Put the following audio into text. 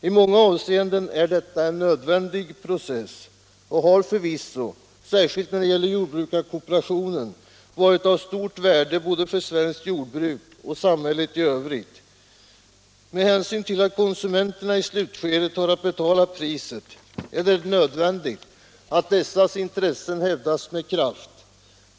I många avseenden är detta en nödvändig process, och den har förvisso — särskilt när det gäller jordbrukskooperationen — varit av stort värde både för svenskt jordbruk och för samhället i övrigt. Med hänsyn till att konsumenterna i slutskedet har att betala priset är det nödvändigt att deras intressen hävdas med kraft.